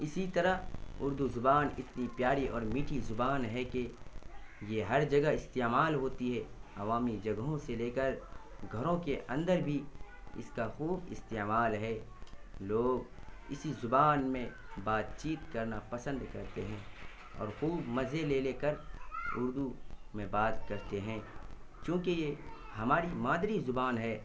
اسی طرح اردو زبان اتنی پیاری اور میٹھی زبان ہے کہ یہ ہر جگہ استعمال ہوتی ہے عوامی جگہوں سے لے کر گھروں کے اندر بھی اس کا خوب استعمال ہے لوگ اسی زبان میں بات چیت کرنا پسند کرتے ہیں اور خوب مزے لے لے کر اردو میں بات کرتے ہیں چونکہ یہ ہماری مادری زبان ہے